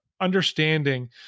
understanding